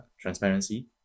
transparency